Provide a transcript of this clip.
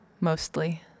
mostly